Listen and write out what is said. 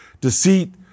deceit